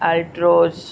Altroz